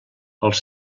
als